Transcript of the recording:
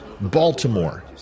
Baltimore